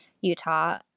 Utah